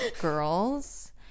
girls